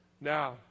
Now